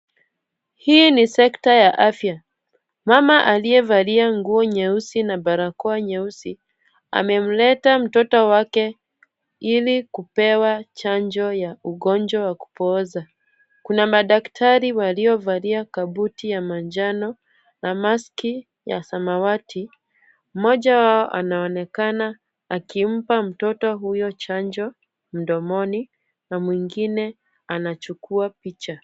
Hii ni sekta ya afya. Mama aliyevalia nguo nyeusi na barakoa nyeusi, amemleta mtoto wake ili kupewa chanjo ya ugonjwa wa kupooza. Kuna madaktari waliovalia kabuti ya manjano na maski ya samawati. Mmoja wao anaonekana akimpa mtoto huyo chanjo mdomoni na mwingine anachukua picha.